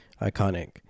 iconic